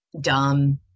dumb